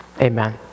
Amen